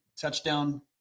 touchdown